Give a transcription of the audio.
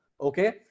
Okay